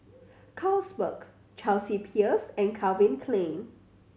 Carlsberg Chelsea Peers and Calvin Klein